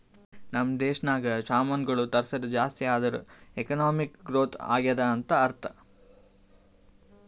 ನಮ್ ದೇಶನಾಗ್ ಸಾಮಾನ್ಗೊಳ್ ತರ್ಸದ್ ಜಾಸ್ತಿ ಆದೂರ್ ಎಕಾನಮಿಕ್ ಗ್ರೋಥ್ ಆಗ್ಯಾದ್ ಅಂತ್ ಅರ್ಥಾ